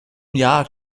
jahr